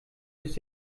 bis